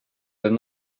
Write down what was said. blev